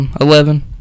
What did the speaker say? Eleven